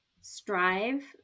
strive